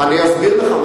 אני אסביר לך.